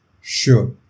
sure